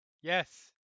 Yes